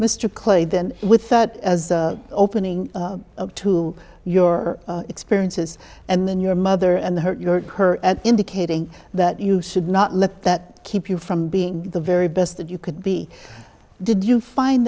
then with that as the opening up to your experiences and then your mother and her you know her indicating that you should not let that keep you from being the very best that you could be did you find